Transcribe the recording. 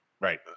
right